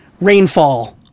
rainfall